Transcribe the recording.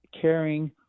caring